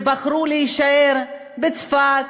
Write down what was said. ובחרו להישאר בצפת,